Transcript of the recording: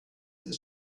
ist